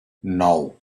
nou